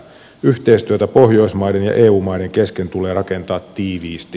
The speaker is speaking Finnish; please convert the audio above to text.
yhteistyötä pohjoismaiden ja eu maiden kesken tulee rakentaa tiiviisti